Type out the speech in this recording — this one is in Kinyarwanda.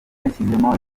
yashyizemo